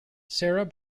sarah